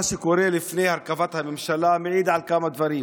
מה שקורה לפני הרכבת הממשלה מעיד על כמה דברים.